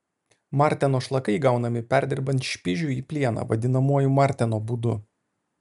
marteno šlakai gaunami perdirbant špižių į plieną vadinamuoju marteno būdu